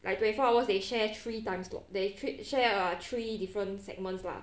like twenty four hours they share three times slots they share uh three different segments lah